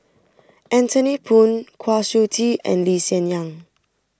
Anthony Poon Kwa Siew Tee and Lee Hsien Yang